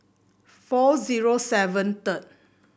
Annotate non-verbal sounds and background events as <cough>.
four zero seven <unintelligible>